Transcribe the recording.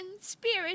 spirit